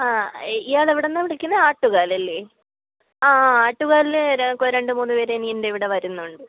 ആ ഇയാള് എവിടുന്നാണ് വിളിക്കുന്നത് ആട്ടുകാലല്ലേ ആ ആട്ടുകാലിലെ രണ്ട് മൂന്ന് പേര് എൻ്റെയിവിടെ വരുന്നുണ്ട്